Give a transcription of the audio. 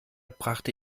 brachte